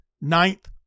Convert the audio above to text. ninth